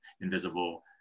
invisible